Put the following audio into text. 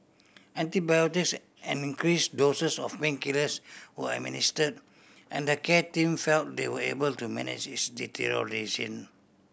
antibiotics and increase doses of painkillers were administered and the care team felt they were able to manage its deterioration